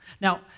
Now